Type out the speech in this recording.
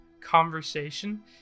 conversation